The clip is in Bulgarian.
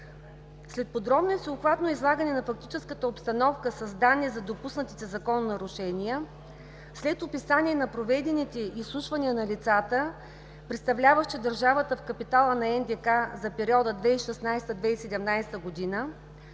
След подробно и всеобхватно излагане на фактическата обстановка с данни за допуснатите закононарушения, след описание на проведените изслушвания на лицата, представляващи държавата в капитала на НДК за периода 2016 – 2017 г.,